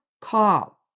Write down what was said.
call